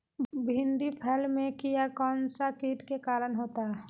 भिंडी फल में किया कौन सा किट के कारण होता है?